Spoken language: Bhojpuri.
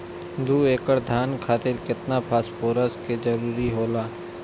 दु एकड़ धान खातिर केतना फास्फोरस के जरूरी होला?